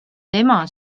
tema